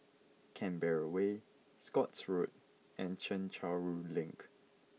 Canberra Way Scotts Road and Chencharu Link